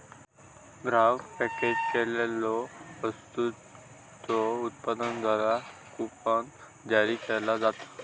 ग्राहक पॅकेज केलेल्यो वस्तूंच्यो उत्पादकांद्वारा कूपन जारी केला जाता